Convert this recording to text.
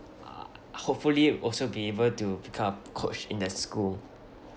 ah hopefully also be able to become a coach in that school